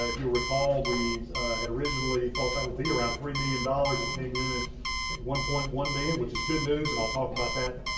you'll recall, we originally thought that would be around three million dollars. that came in, like one point one million, which is good news, and i'll talk about that,